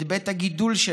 את בית הגידול שלה,